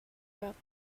rock